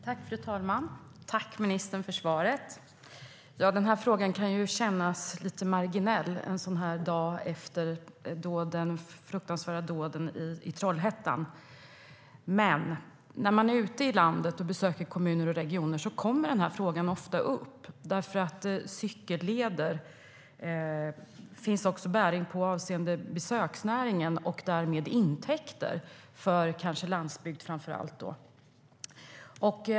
Fru talman! Jag tackar ministern för svaret. Den här frågan kan kännas lite marginell dagen efter det fruktansvärda dådet i Trollhättan. Men när man är ute i landet och besöker kommuner och regioner kommer den här frågan ofta upp, därför att cykelleder också har bäring på besöksnäring och därmed intäkter, framför allt för landsbygd.